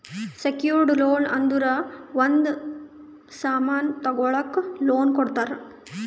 secured loan ಅಂದುರ್ ಒಂದ್ ಸಾಮನ್ ತಗೊಳಕ್ ಲೋನ್ ಕೊಡ್ತಾರ